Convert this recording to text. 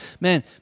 Man